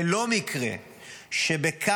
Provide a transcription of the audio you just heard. זה לא מקרה שבקנדה,